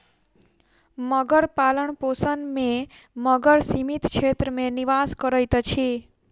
मगर पालनपोषण में मगर सीमित क्षेत्र में निवास करैत अछि